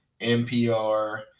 NPR